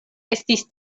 estis